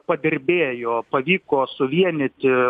padirbėjo pavyko suvienyti